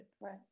Right